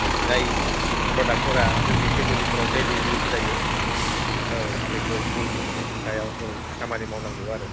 जाय प्रडाक्टफोरा जोंनि फेमिलिफोराव डैलि इउस जायो औ बेफोरनि सायाव औ खामानि मावनांगौ आरो